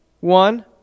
one